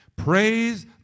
Praise